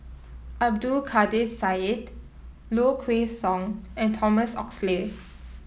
Abdul Kadir Syed Low Kway Song and Thomas Oxley